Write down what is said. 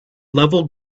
level